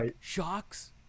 shocks